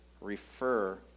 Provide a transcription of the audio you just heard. refer